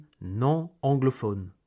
non-anglophones